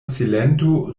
silento